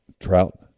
Trout